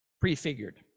prefigured